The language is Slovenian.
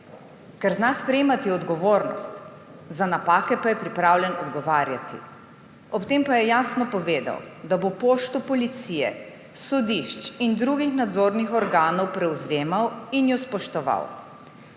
Ker zna sprejemati odgovornost, za napake pa je pripravljen odgovarjati. Ob tem pa je jasno povedal, da bo pošto policije, sodišč in drugih nadzornih organov prevzemal in jo spoštoval.